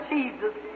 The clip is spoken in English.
Jesus